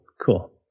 cool